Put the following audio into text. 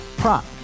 prop